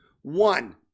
One